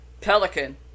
Pelican